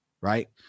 Right